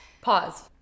Pause